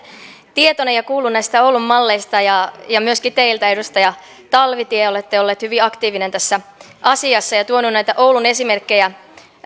tietoinen ja kuullut näistä oulun malleista ja ja myöskin teiltä edustaja talvitie olette ollut hyvin aktiivinen tässä asiassa ja ja tuonut näitä oulun esimerkkejä